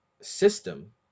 system